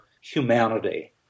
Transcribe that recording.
humanity